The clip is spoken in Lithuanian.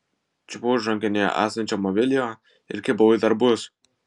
čiupau už rankinėje esančio mobiliojo ir kibau į darbus